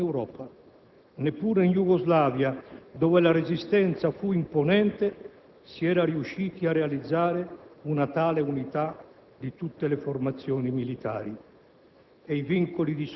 Unico caso in Europa. Neppure in Jugoslavia, dove la Resistenza fu imponente, si era riusciti a realizzare l'unità di tutte le formazioni militari.